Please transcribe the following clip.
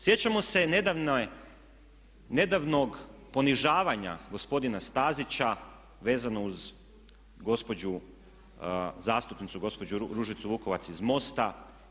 Sjećamo se nedavnog ponižavanja gospodina Stazića vezano uz gospođu zastupnicu, gospođu zastupnicu Ružicu Vukovac iz MOST-a.